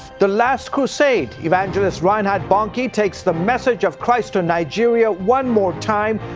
the last crusade. evangelist reinhard bonnke takes the message of christ to nigeria one more time,